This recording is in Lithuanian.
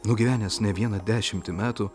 nugyvenęs ne vieną dešimtį metų